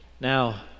Now